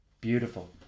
Beautiful